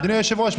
אדוני היושב-ראש.